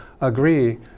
agree